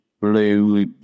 blue